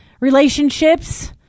relationships